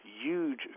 huge